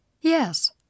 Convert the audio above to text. Yes